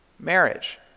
marriage